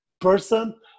person